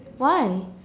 why